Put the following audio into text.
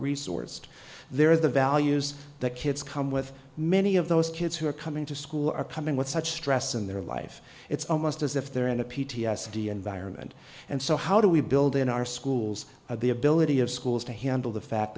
resourced they're the values that kids come with many of those kids who are coming to school are coming with such stress in their life it's almost as if they're in a p t s d environment and so how do we build in our schools the ability of schools to handle the fact